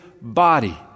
body